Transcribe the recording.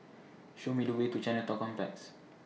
Show Me The Way to Chinatown Complex